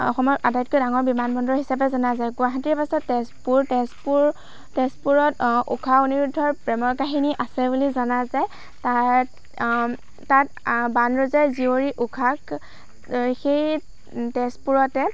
অসমৰ আটাইতকৈ ডাঙৰ বিমানবন্দৰ হিচাপে জনা যায় গুৱাহাটীৰ পিছত তেজপুৰ তেজপুৰ তেজপুৰত আ ঊষা অনিৰূদ্ধৰ প্ৰেমৰ কাহিনী আছে বুলি জনা যায় তাত তাত আ বান ৰজাৰ জীয়ৰী ঊষাক সেই তেজপুৰতে